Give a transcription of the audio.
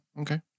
okay